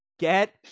Get